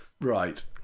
Right